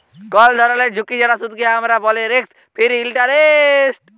call ধরলের ঝুঁকি ছাড়া সুদকে আমরা ব্যলি রিস্ক ফিরি ইলটারেস্ট